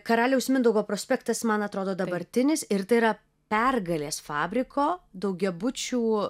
karaliaus mindaugo prospektas man atrodo dabartinis ir tai yra pergalės fabriko daugiabučių